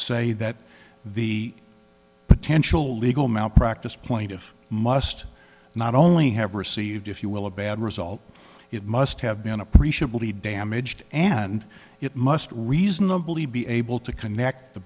say that the potential legal malpractise point if must not only have received if you will a bad result it must have been appreciably damaged and it must reasonably be able to connect the